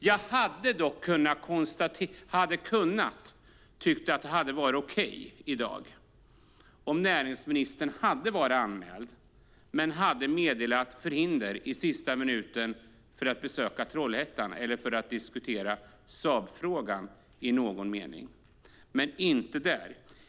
Jag hade dock kunnat tycka att det varit okej om näringsministern hade varit anmäld men meddelat förhinder i sista minuten för att besöka Trollhättan eller diskutera Saabfrågan i någon mening.